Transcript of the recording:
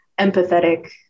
empathetic